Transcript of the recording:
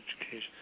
education